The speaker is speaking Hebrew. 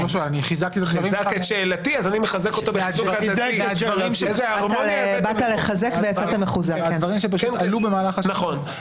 אני חיזקתי את שאלתך מהדברים שעלו במהלך השנים.